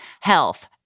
health